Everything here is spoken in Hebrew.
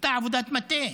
הייתה עבודת מטה,